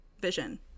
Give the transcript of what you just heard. vision